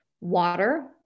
water